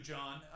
John